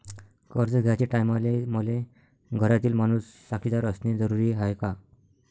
कर्ज घ्याचे टायमाले मले घरातील माणूस साक्षीदार असणे जरुरी हाय का?